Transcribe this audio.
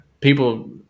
People